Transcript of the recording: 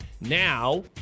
Now